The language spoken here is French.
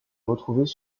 retrouvées